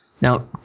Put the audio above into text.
now